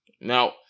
Now